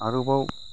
आरोबाव